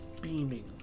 beaming